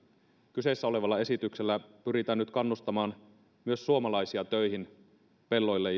kyseessä olevalla esityksellä pyritään nyt kannustamaan myös suomalaisia töihin pelloille